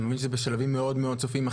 אני מבין בשלבים סופיים מאוד,